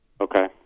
Okay